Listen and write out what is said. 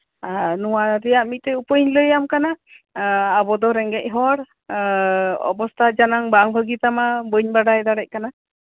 ᱟᱨ ᱱᱚᱣᱟ ᱨᱮᱭᱟᱜ ᱢᱤᱫᱴᱮᱡ ᱩᱯᱟᱹᱭ ᱤᱧ ᱞᱟᱹᱭ ᱟ ᱢ ᱠᱟᱱᱟ ᱟᱵᱚ ᱫᱚ ᱨᱮᱸᱜᱮᱪ ᱦᱚᱲ ᱟᱨ ᱚᱵᱚᱥᱛᱷᱟ ᱡᱮᱢᱚᱱ ᱵᱟᱝ ᱵᱷᱟᱜᱤ ᱛᱟᱢᱟ ᱵᱟᱹᱧ ᱵᱟᱰᱟᱭ ᱫᱟᱲᱮᱭᱟᱜ ᱠᱟᱱᱟ